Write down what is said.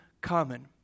common